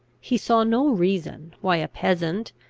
he saw no reason why a peasant,